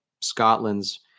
Scotland's